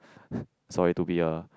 so it to be a